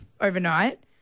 overnight